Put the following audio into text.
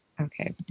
Okay